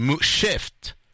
shift